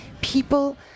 People